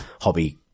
hobby